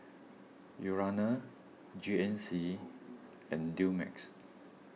Urana G N C and Dumex